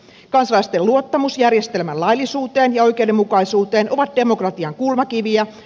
kansalaisten luottamus järjestelmän laillisuuteen ja oikeudenmukaisuuteen ovat demokratian kulmakiviä